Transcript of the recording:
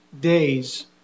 days